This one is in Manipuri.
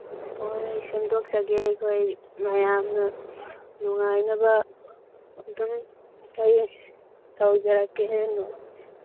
ꯍꯣꯏ ꯁꯦꯝꯗꯣꯛꯆꯒꯦ ꯑꯩꯈꯣꯏ ꯃꯌꯥꯝꯅ ꯅꯨꯡꯉꯥꯏꯅꯕ ꯑꯗꯨꯝ ꯑꯩ ꯇꯧꯖꯔꯛꯀꯦ